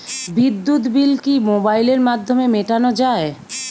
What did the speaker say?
বিদ্যুৎ বিল কি মোবাইলের মাধ্যমে মেটানো য়ায়?